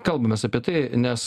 kalbamės apie tai nes